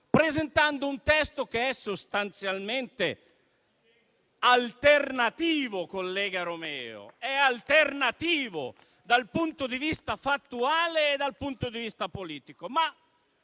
presentando un testo sostanzialmente alternativo, collega Romeo. È alternativo dal punto di vista fattuale e dal punto di vista politico.